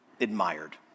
admired